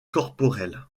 corporelle